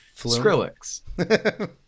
skrillex